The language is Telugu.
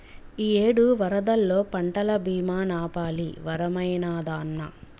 ఇయ్యేడు వరదల్లో పంటల బీమా నాపాలి వరమైనాదన్నా